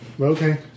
Okay